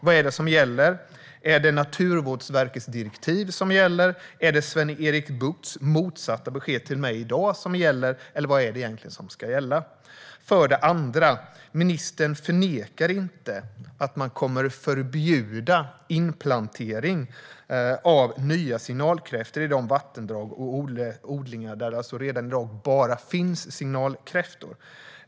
Vad är det som gäller - är det Naturvårdsverkets direktiv som gäller, eller är det Sven-Erik Buchts motsatta besked till mig i dag som gäller? För det andra förnekar ministern inte att man kommer att förbjuda inplantering av nya signalkräftor i de vattendrag och odlingar där det i dag bara finns signalkräftor.